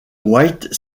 white